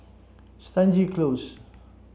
Stangee Close